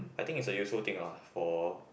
I think it's a useful thing lah for